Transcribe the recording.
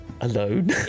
alone